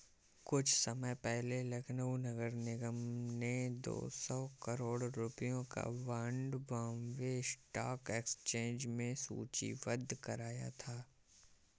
कुछ समय पहले लखनऊ नगर निगम ने दो सौ करोड़ रुपयों का बॉन्ड बॉम्बे स्टॉक एक्सचेंज में सूचीबद्ध कराया था